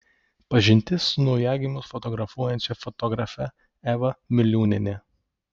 pažintis su naujagimius fotografuojančia fotografe eva miliūniene